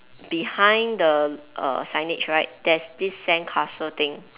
behind the err signage right there's this sandcastle thing